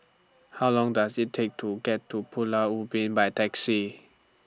How Long Does IT Take to get to Pulau Ubin By Taxi